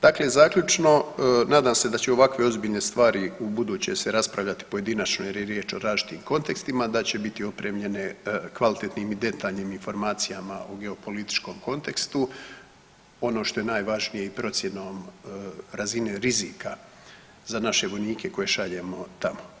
Dakle zaključno, nadam se da će ovakve ozbiljne stvari ubuduće se raspravljati pojedinačno jer je riječ o različitim kontekstima, da će biti opremljene kvalitetnim i detaljnim informacijama o geopolitičkom kontekstu, ono što je najvažnije i procjenom razine rizika za naše vojnike koje šaljemo tamo.